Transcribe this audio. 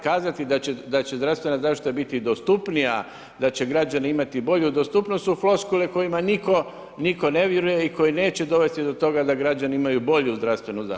Kazati da će zdravstvena zaštita biti dostupnija, da će građani imati bolju dostupnost su floskule kojima nitko ne vjeruje i koji neće dovesti do toga da građani imaju bolju zdravstvenu zaštitu.